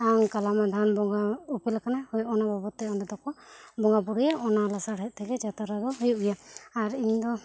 ᱠᱟᱞᱟᱢᱟᱫᱷᱟᱱ ᱵᱚᱸᱜᱟᱭ ᱩᱯᱮᱞ ᱟᱠᱟᱱᱟ ᱦᱚᱭ ᱚᱱᱟ ᱵᱟᱵᱚᱛ ᱛᱮ ᱚᱸᱰᱮ ᱫᱚ ᱠᱚ ᱵᱚᱸᱜᱟ ᱵᱳᱨᱳᱭᱟ ᱚᱱᱟ ᱞᱟᱥᱟᱬᱦᱮᱫ ᱛᱮ ᱜᱮ ᱡᱟᱛᱨᱟ ᱜᱚ ᱦᱩᱭᱩᱜ ᱜᱮᱭᱟ ᱟᱨ ᱤᱧ ᱫᱚ